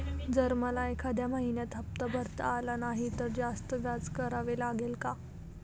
जर मला एखाद्या महिन्यात हफ्ता भरता आला नाही तर जास्त व्याज भरावे लागेल का?